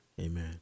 Amen